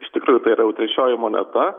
iš tikrųjų tai yra jau trečioji moneta